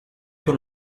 con